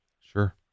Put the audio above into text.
Sure